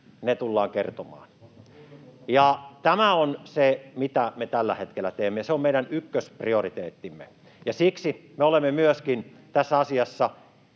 ne tullaan kertomaan. Tämä on se, mitä me tällä hetkellä teemme, ja se on meidän ykkösprioriteettimme, ja siksi me olemme myöskin tässä asiassa